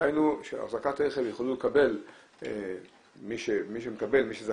דהיינו שאחזקת רכב יוכלו לקבל מי שזכאי